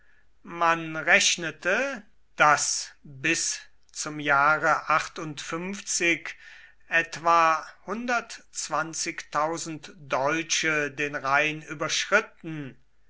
man rechnete daß bis zum jahre etwa deutsche den rhein überschritten